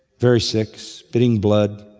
very sick, spitting blood,